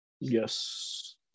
Yes